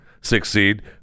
succeed